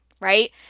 Right